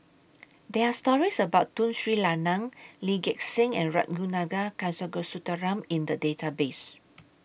There Are stories about Tun Sri Lanang Lee Gek Seng and Ragunathar Kanagasuntheram in The Database